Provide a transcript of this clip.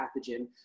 pathogen